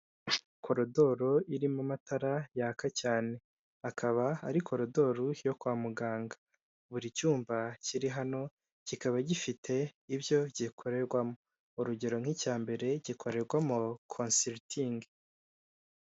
Korodoro irimo amatara yaka cyane , ikaba ari korodoro yo kwa muganga buri cyumba kiri hano kikaba gifite ibyo gikorerwamo urugero nk'icya mbere gikorerwamo konsiritingi.